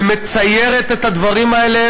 ומציירת את הדברים האלה,